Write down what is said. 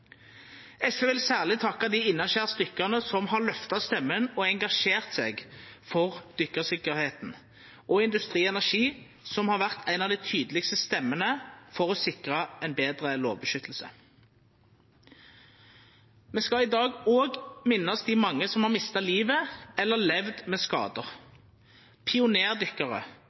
SV vil særleg takka dei innanskjers dykkarane som har løfta stemmen og engasjert seg for dykkartryggleiken, og Industri Energi, som har vore ei av dei tydelegaste stemmane for å sikra ein betre lovbeskyttelse. Me skal i dag òg minnast dei mange som har mista livet eller levd med skadar. Pionerdykkarar,